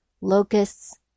locusts